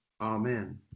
Amen